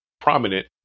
prominent